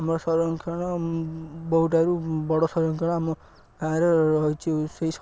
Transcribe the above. ଆମର ସଂରକ୍ଷଣ ବହୁଠାରୁ ବଡ଼ ସଂରକ୍ଷଣ ଆମ ଗାଁରେ ରହିଛି ସେଇ